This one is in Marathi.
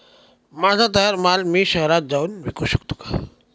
माझा तयार माल मी शहरात जाऊन विकू शकतो का?